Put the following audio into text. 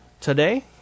today